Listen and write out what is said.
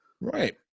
Right